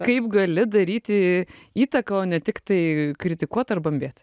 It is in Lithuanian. kaip gali daryti įtaką o ne tik tai kritikuot ar bambėt